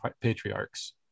patriarchs